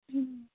ಹ್ಞೂ